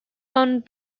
owned